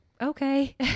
okay